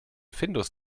findus